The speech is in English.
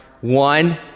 one